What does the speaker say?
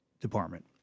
Department